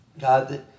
God